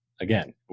Again